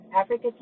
Africa